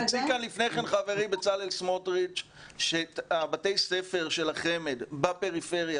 הציג כאן לפני כן חברי בצלאל סמוטריץ' שבתי הספר של החמ"ד בפריפריה,